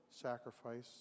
sacrifice